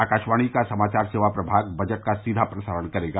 आकाशवाणी का समाचार सेवा प्रभाग बजट का सीधा प्रसारण करेगा